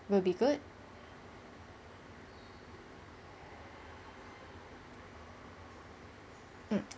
will be good mm